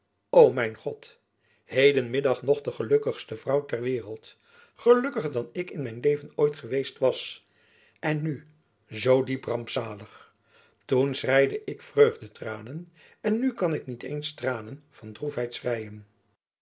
mijn god heden middag nog de gelukkigste vrouw ter waereld gelukkiger dan ik in mijn leven ooit geweest was en nu zoo diep rampzalig toen schreide ik vreugdetranen en nu kan ik niet eens tranen van